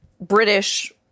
British